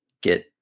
get